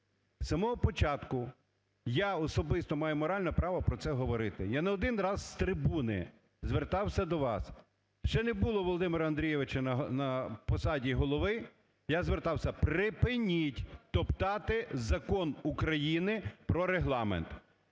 З самого початку, я особисто маю моральне право про це говорити, я не один раз з трибуни звертався до вас, ще не було Володимира Андрійовича на посаді голови, я звертався: "Припиніть топтати Закон України про Регламент.